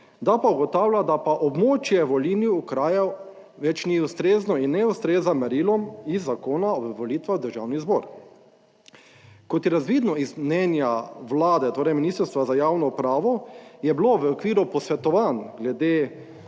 da pa ugotavlja, da pa območje volilnih okrajev več ni ustrezno in ne ustreza merilom iz Zakona o volitvah v Državni zbor. Kot je razvidno iz mnenja Vlade, torej Ministrstva za javno upravo, je bilo v okviru posvetovanj glede